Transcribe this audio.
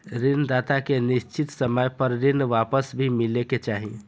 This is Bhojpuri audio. ऋण दाता के निश्चित समय पर ऋण वापस भी मिले के चाही